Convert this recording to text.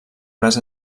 braç